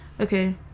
okay